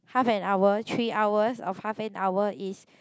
half an hour three hours of half an hour is